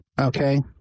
okay